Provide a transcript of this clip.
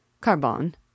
Carbon